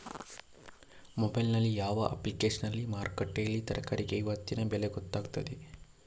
Mobile ನಲ್ಲಿ ಯಾವ ಅಪ್ಲಿಕೇಶನ್ನಲ್ಲಿ ಮಾರುಕಟ್ಟೆಯಲ್ಲಿ ತರಕಾರಿಗೆ ಇವತ್ತಿನ ಬೆಲೆ ಗೊತ್ತಾಗುತ್ತದೆ?